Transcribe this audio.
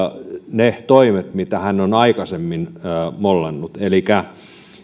ne toimet mitä hän on aikaisemmin mollannut elikkä